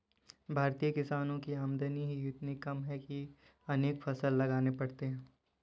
भारतीय किसानों की आमदनी ही इतनी कम है कि अनेक फसल लगाने पड़ते हैं